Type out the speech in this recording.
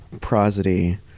prosody